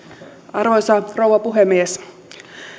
arvoisa rouva puhemies